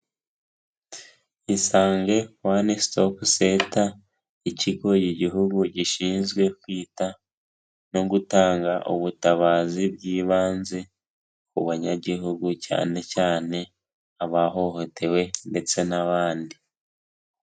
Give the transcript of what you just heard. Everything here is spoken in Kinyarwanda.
Isange one stop center, ikigo igihugu gishinzwe kwita no gutanga ubutabazi bw'ibanze ku banyagihugu, cyane cyane abahohotewe ndetse n'abandi.